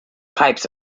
pipes